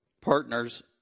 partners